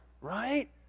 right